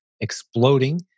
exploding